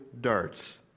darts